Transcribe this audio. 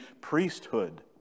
priesthood